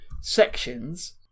sections